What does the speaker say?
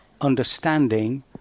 understanding